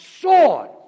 sword